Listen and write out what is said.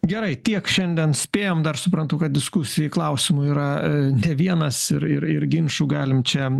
gerai tiek šiandien spėjam dar suprantu kad diskusijai klausimų yra ne vienas ir ir ir ginčų galim čia